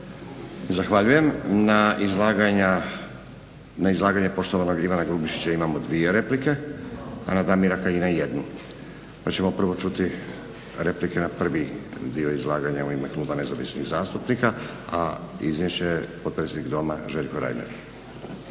Zahvaljujem. Na izlaganje poštovanog Ivana Grubišića imamo dvije replike, a na Damira Kajina jednu. Pa ćemo prvo čuti replike na prvi dio izlaganja u ime Kluba nezavisnih zastupnika a iznijet će potpredsjednik doma Željko Reiner.